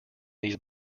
these